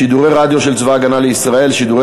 שידורי רדיו של צבא הגנה לישראל (שידורי